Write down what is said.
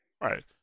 Right